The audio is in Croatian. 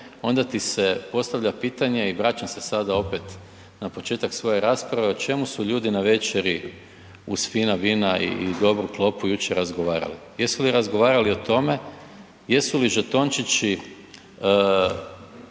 onda se postavlja pitanje i vraćam se sada opet na početak svoje rasprave, o čemu su ljudi na večeri uz fina vina i dobru klopu jučer razgovarali. Jesu li razgovarali o tome jesu li žetončići